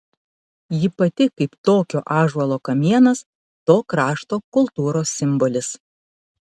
ji pati kaip tokio ąžuolo kamienas to krašto kultūros simbolis